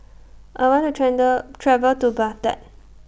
I want to travel to Baghdad